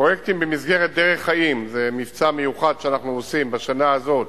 פרויקטים במסגרת "דרך חיים" זה מבצע מיוחד שאנחנו עושים בשנה הזאת